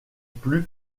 plus